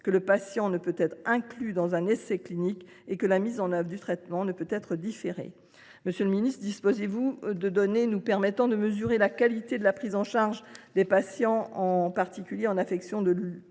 que le patient ne peut être inclus dans un essai clinique et que la mise en œuvre du traitement ne peut être différée. Monsieur le ministre, disposez vous de données nous permettant de mesurer la qualité de la prise en charge des patients ultramarins qui